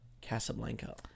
Casablanca